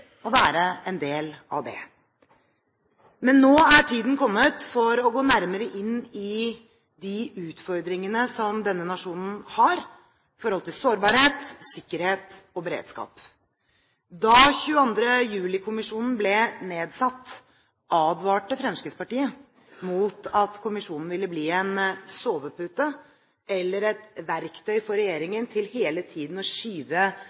å være en del av det. Men nå er tiden kommet for å gå nærmere inn i de utfordringene som denne nasjonen har når det gjelder sårbarhet, sikkerhet og beredskap. Da 22. juli-kommisjonen ble nedsatt, advarte Fremskrittspartiet mot at kommisjonen ville bli en sovepute eller et verktøy for regjeringen til hele tiden å skyve